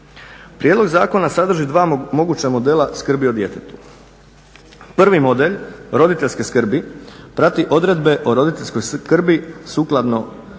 Prijedlog zakona sadrži dva moguća djela skrbi o djetetu, prvi model roditeljske skrbi prati odredbe o roditeljskoj skrbi sukladno Obiteljskom